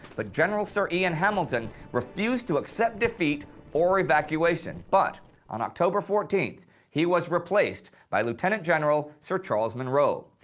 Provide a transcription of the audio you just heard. but general sir ian hamilton refused to accept defeat or evacuation, but on october fourteenth he was replaced by lieutenant general sir charles munro.